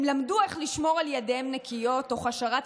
הם למדו איך לשמור על ידיהם נקיות תוך השארת